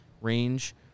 range